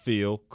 Feel